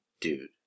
Dude